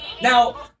now